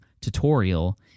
tutorial